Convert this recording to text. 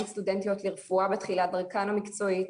בהן סטודנטיות לרפואה בתחילת דרכן המקצועית,